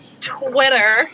Twitter